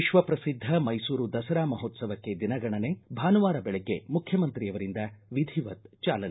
ವಿಶ್ವ ಪ್ರಸಿದ್ಧ ಮೈಸೂರು ದಸರಾ ಮಹೋತ್ಸವಕ್ಕೆ ದಿನಗಣನೆ ಭಾನುವಾರ ಬೆಳಗ್ಗೆ ಮುಖ್ಯಮಂತ್ರಿಯವರಿಂದ ವಿಧಿವತ್ ಜಾಲನೆ